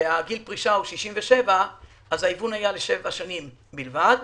וגיל הפרישה הוא 67 אז ההיוון היה לשבע שנים בלבד.